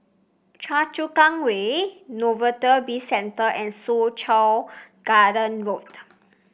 Choa Chu Kang Way Novelty Bizcentre and Soo Chow Garden Road